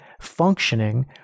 functioning